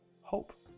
hope